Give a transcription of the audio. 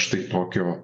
štai tokio